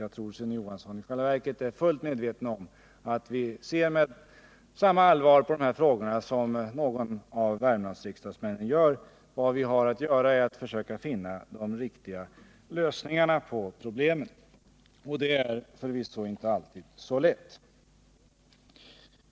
Jag tror i själva verket att Sune Johansson är fullt medveten om att vi ser med samma allvar på de här frågorna som någon av Värmlandsriksdagsmännen gör. Vad vi har att göra är att försöka finna de riktiga lösningarna på problemen. Och det är förvisso inte alltid så lätt.